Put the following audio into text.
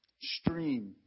stream